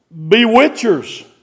bewitchers